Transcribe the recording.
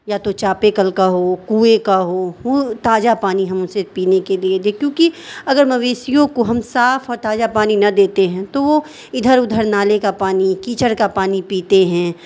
یا تو چاپیکل کا ہو کنویں کا ہو وہ تازہ پانی ہم اسے پینے کے لیے دے کیونکہ اگر مویشیوں کو ہم صاف اور تازہ پانی نہ دیتے ہیں تو وہ ادھر ادھر نالے کا پانی کیچڑ کا پانی پیتے ہیں